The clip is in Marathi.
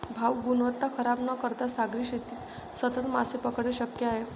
भाऊ, गुणवत्ता खराब न करता सागरी शेतीत सतत मासे पकडणे शक्य आहे